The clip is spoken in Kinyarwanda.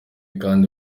kandi